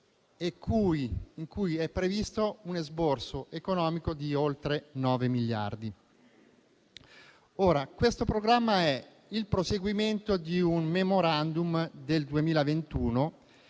ed è previsto un esborso economico di oltre 9 miliardi. Questo programma è il proseguimento di un *memorandum* del 2021